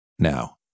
Now